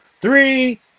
three